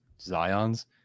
Zion's